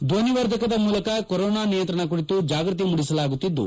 ಧ್ವನಿವರ್ಧಕದ ಮೂಲಕ ಕೊರೋನಾ ನಿಯಂತ್ರಣ ಕುರಿತು ಜಾಗೃತಿ ಮೂಡಿಸಲಾಗುತ್ತಿದ್ದು